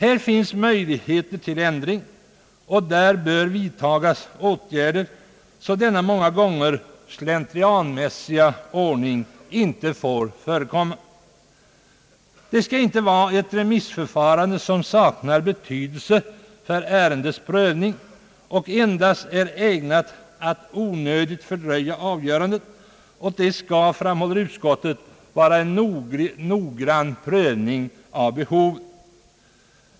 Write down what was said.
Här finns möjligheter till ändring, och här bör åtgärder vidtas, så att denna många gånger slentrianmässiga ordning inte får förekomma. Remissförfarandet skall inte vara sådant att det saknar betydelse för ärendets prövning utan endast är ägnat att onödigt fördröja avgörandet, och det skall, framhåller utskottet, göras en noggran prövning av behovet.